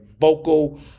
vocal